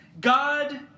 God